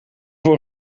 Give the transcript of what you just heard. voor